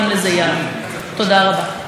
ואחריו,